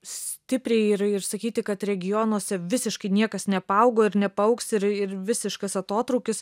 stipriai ir ir sakyti kad regionuose visiškai niekas nepaaugo ir nepaaugs ir ir visiškas atotrūkis